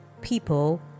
People